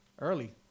early